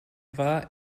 war